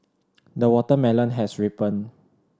the watermelon has ripened